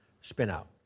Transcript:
spin-out